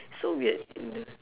so weird in the